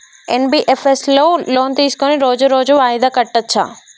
NBFS లో loan తీస్కొని రోజు రోజు వాయిదా కట్టచ్ఛా?